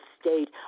state